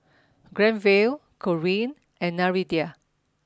Granville Corine and Nereida